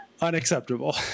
unacceptable